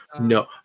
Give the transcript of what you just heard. no